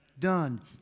done